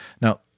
Now